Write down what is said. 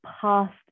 past